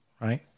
Right